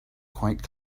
quite